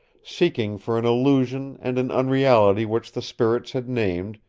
seeking for an illusion and an unreality which the spirits had named,